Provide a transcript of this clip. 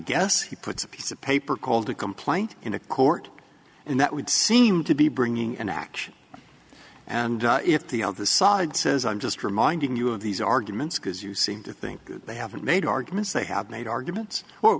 guess he puts a piece of paper called a complaint in a court and that would seem to be bringing an action and if the other side says i'm just reminding you of these arguments because you seem to think they haven't made arguments they have made arguments